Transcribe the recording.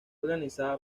organizada